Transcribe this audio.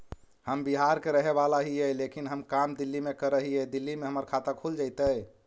हम बिहार के रहेवाला हिय लेकिन हम काम दिल्ली में कर हिय, दिल्ली में हमर खाता खुल जैतै?